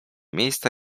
miejsca